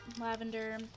lavender